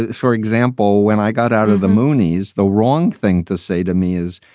ah for example, when i got out of the moonies, the wrong thing to say to me is,